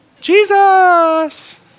Jesus